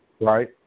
right